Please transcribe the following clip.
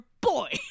boy